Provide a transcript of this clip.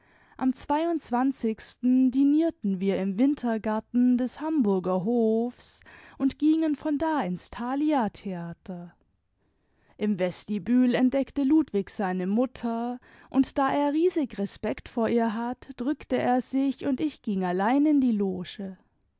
am dinierten wir im wintergarten des hamburger hofs und gingen von da ins thaliatheater im vestibül entdeckte ludwig seine mutter und da er riesig respekt vor ihr hat drückte er sich und ich ging allein in die loge